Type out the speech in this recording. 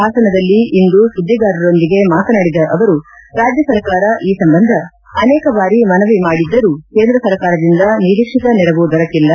ಹಾಸನದಲ್ಲಿ ಇಂದು ಸುದ್ದಿಗಾರರೊಂದಿಗೆ ಮಾತನಾಡಿದ ಅವರು ರಾಜ್ಯ ಸರ್ಕಾರ ಈ ಸಂಬಂಧ ಅನೇಕ ಬಾರಿ ಮನವಿ ಮಾಡಿದ್ದರು ಕೇಂದ್ರ ಸರ್ಕಾರದಿಂದ ನಿರೀಕ್ಷಿತ ನೆರವು ದೊರಕಿಲ್ಲ